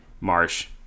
Marsh